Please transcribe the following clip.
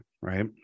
right